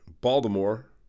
Baltimore